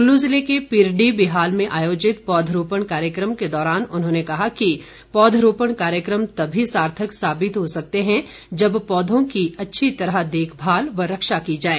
कुल्लू ज़िले के पिरडी बिहाल में आयोजित पौधरोपण कार्यक्रम के दौरान उन्होंने कहा कि पौधरोपण कार्यक्रम तभी सार्थक साबित हो सकते हैं जब पौधों की अच्छी तरह देखभाल व रक्षा की जाए